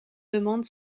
demandent